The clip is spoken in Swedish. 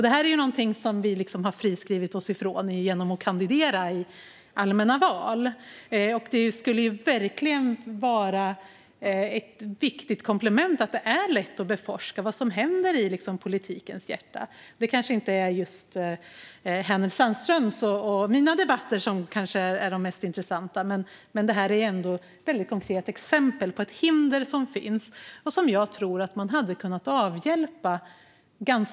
Det här något som vi har friskrivit oss från genom att kandidera i allmänna val. Det vore verkligen ett viktigt komplement om det var lätt att beforska vad som händer i politikens hjärta. Kanske är inte Hänel Sandströms och mina debatter de mest intressanta, men det är ändå ett konkret exempel på ett hinder som finns. Jag tror att man ganska lätt hade kunnat avhjälpa det.